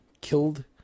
killed